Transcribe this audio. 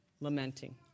lamenting